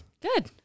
Good